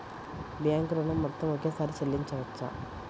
Bank ఋణం మొత్తము ఒకేసారి చెల్లించవచ్చా?